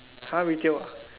!huh! retail